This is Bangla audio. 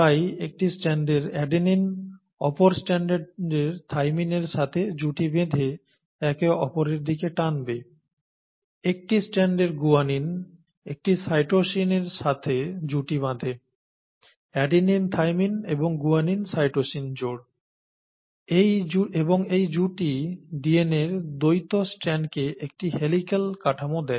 তাই একটি স্ট্যান্ডের অ্যাডেনিন অপর স্ট্যান্ডের থাইমিনের সাথে জুটি বেঁধে একে অপরের দিকে টানবে একটি স্ট্যান্ডের গুয়ানিন একটি সাইটোসিন সাথে জুটি বাঁধে অ্যাডেনিন থাইমিন এবং গুয়ানিন সাইটোসিন জোড় এবং এই জুটি DNA র দ্বৈত স্ট্র্যান্ডকে একটি হেলিক্যাল কাঠামো দেয়